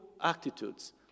attitudes